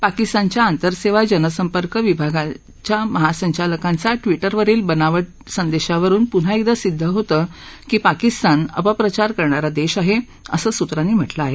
पाकिस्तानच्या आंतरसेवा जनसंपर्क विभागाच्या महासंचालकांचा ट्विटरवरील बनावट संदेशावरुन पुन्हा एकदा सिद्ध होतं की पाकिस्तान अपप्रचार करणारा देश आहे असं सुत्रांनी म्हटलं आहे